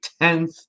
tenth